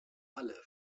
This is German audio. alle